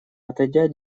отойдя